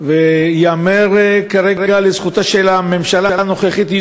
וייאמר כרגע לזכותה של הממשלה הנוכחית,